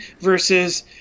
versus